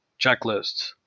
checklists